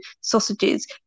sausages